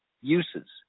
uses